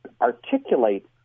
articulate